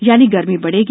यानी गर्मी बढ़ेगी